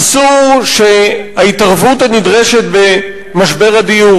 אסור שההתערבות הנדרשת במשבר הדיור